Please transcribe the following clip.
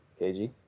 kg